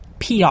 PR